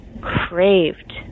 craved